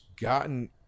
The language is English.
gotten